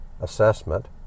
Assessment